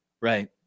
right